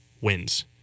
wins